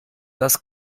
das